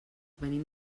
venim